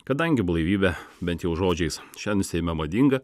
kadangi blaivybė bent jau žodžiais šiandien seime madinga